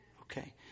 Okay